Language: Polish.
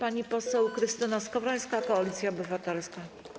Pani poseł Krystyna Skowrońska, Koalicja Obywatelska.